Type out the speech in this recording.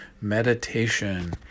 meditation